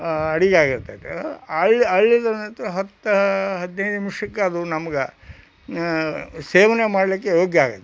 ಅಡಿಗೆ ಆಗಿರತೈತೆ ಐದು ಹತ್ತು ಹದಿನೈದು ನಿಮಿಷಕ್ಕೆ ಅದು ನಮ್ಗೆ ಸೇವನೆ ಮಾಡ್ಲಿಕ್ಕೆ ಯೋಗ್ಯ ಆಗುತ್ತೆ